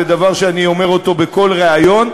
זה דבר שאני אומר בכל ריאיון,